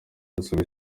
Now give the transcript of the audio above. bwana